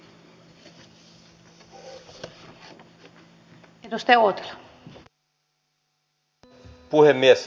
arvoisa puhemies